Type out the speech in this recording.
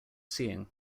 seeing